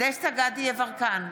דסטה גדי יברקן,